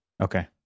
okay